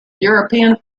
european